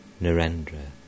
Narendra